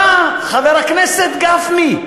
בא חבר הכנסת גפני,